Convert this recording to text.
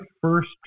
first